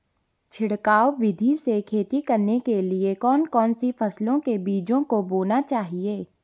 छिड़काव विधि से खेती करने के लिए कौन कौन सी फसलों के बीजों को बोना चाहिए?